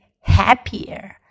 happier